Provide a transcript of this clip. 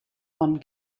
von